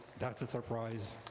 that's a surprise.